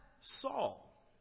Saul